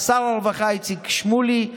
שר הרווחה איציק שמולי,